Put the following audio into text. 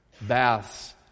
baths